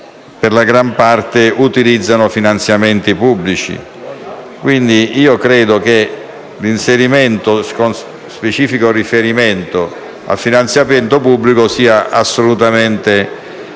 in gran parte utilizzano finanziamenti pubblici. Quindi, credo che l'inserimento di uno specifico riferimento al finanziamento pubblico sia assolutamente congruo.